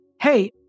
hey